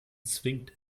zwingt